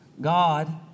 God